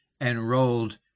enrolled